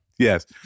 Yes